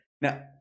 Now